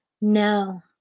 no